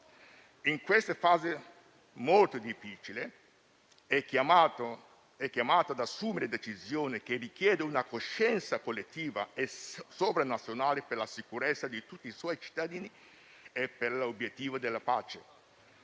In questa fase molto difficile è chiamato ad assumere decisioni che richiedono una coscienza collettiva e sovranazionale per la sicurezza di tutti i suoi cittadini e per l'obiettivo della pace.